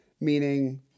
meaning